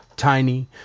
Tiny